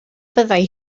fyddai